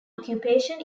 occupation